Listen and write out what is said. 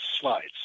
slides